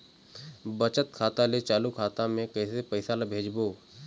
बचत खाता ले चालू खाता मे कैसे पैसा ला भेजबो?